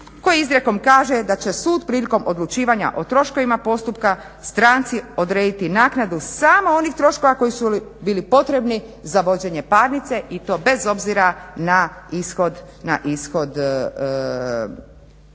koji izrijekom kaže: "Da će sud prilikom odlučivanja o troškovima postupka stranci odrediti naknadu samo onih troškova koji su bili potrebni za vođenje parnice i to bez obzira na ishod, na